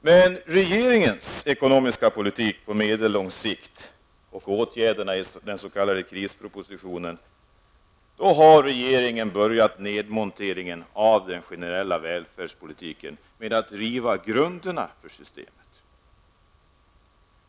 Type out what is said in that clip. Med regeringens ekonomiska politik på medellång sikt och åtgärderna i den s.k. krispropositionen har nedmonteringen av den generella välfärdspolitiken påbörjats genom att grunderna för systemet rivs.